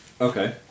Okay